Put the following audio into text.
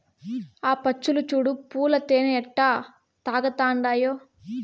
ఆ పచ్చులు చూడు పూల తేనె ఎట్టా తాగతండాయో